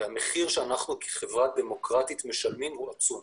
והמחיר שאנחנו כחברה דמוקרטית נשלם הוא עצום.